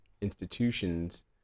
institutions